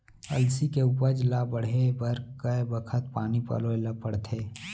अलसी के उपज ला बढ़ए बर कय बखत पानी पलोय ल पड़थे?